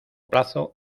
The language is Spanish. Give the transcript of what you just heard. plazo